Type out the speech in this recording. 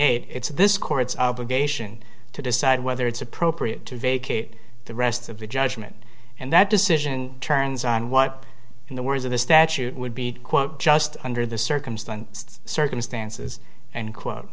eight it's this court's obligation to decide whether it's appropriate to vacate the rest of the judgment and that decision turns on what in the words of the statute would be quote just under the circumstances circumstances and quote